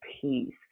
peace